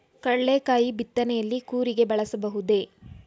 ಕಡ್ಲೆಕಾಯಿ ಬಿತ್ತನೆಯಲ್ಲಿ ಕೂರಿಗೆ ಬಳಸಬಹುದೇ?